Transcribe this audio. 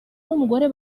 n’umugore